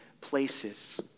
places